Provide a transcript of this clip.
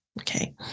Okay